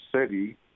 city